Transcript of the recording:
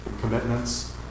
commitments